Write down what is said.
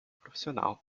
profissional